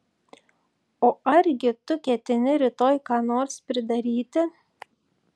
o argi tu ketini rytoj ką nors pridaryti